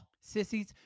Sissies